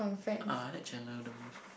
uh I like Chandler the most